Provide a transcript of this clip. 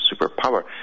Superpower